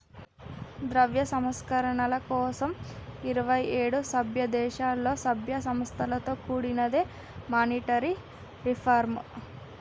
ద్రవ్య సంస్కరణల కోసం ఇరవై ఏడు సభ్యదేశాలలో, సభ్య సంస్థలతో కూడినదే మానిటరీ రిఫార్మ్